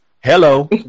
Hello